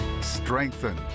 strengthen